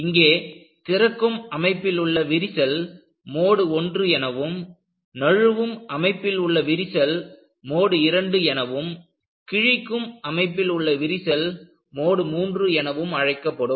இங்கே திறக்கும் அமைப்பிலுள்ள விரிசல் மோடு I எனவும் நழுவும் அமைப்பிலுள்ள விரிசல் மோடு II எனவும் கிழிக்கும் அமைப்பிலுள்ள விரிசல் மோடு III எனவும் அழைக்கப்படும்